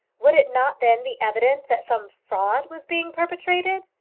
would it not then be evident that some fraud was being perpetrated?